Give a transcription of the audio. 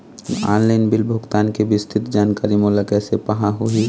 Online bill भुगतान के विस्तृत जानकारी मोला कैसे पाहां होही?